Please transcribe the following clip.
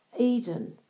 Eden